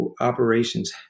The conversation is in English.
Operations